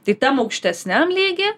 tai tam aukštesniam lygy